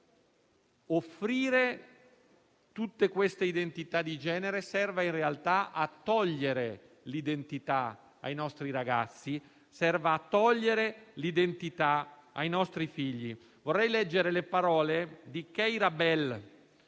che offrire tutte queste identità di genere serva in realtà a togliere l'identità ai nostri ragazzi, ai nostri figli. Vorrei leggere le parole di Keira Bell,